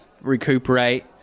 recuperate